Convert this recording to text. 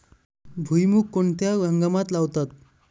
भुईमूग कोणत्या हंगामात लावतात?